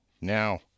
Now